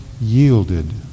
yielded